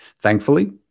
Thankfully